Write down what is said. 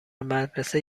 مدرسه